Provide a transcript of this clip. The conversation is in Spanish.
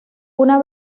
una